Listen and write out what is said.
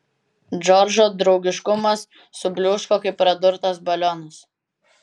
džordžo draugiškumas subliūško kaip pradurtas balionas